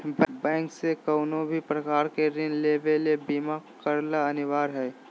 bank से कउनो भी प्रकार के ऋण लेवे ले बीमा करला अनिवार्य हय